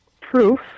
proof